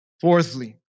Fourthly